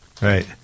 Right